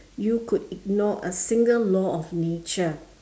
you could ignore a single law of nature